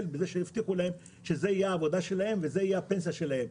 בזה שהבטיחו להם שזאת תהיה העבודה שלהם והפנסיה שלהם.